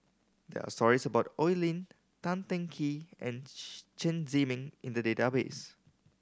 there are stories about Oi Lin Tan Teng Kee and Chen Zhiming in the database